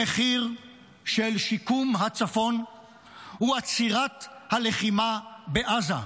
המחיר של שיקום הצפון הוא עצירת הלחימה בעזה.